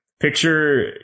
Picture